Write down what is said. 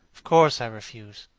of course i refuse.